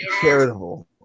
Charitable